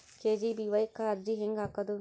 KGBVY ಕ್ಕ ಅರ್ಜಿ ಹೆಂಗ್ ಹಾಕೋದು?